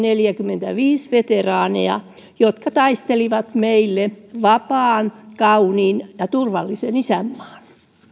viiva neljäkymmentäviisi veteraaneja jotka taistelivat meille vapaan kauniin ja turvallisen isänmaan